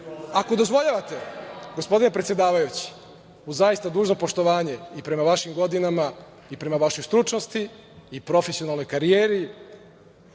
dozvoljavate, gospodine predsedavajući, uz zaista dužno poštovanje i prema vašim godinama i prema vašoj stručnosti i profesionalnoj karijeri,